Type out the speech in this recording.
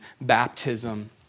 baptism